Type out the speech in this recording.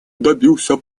добился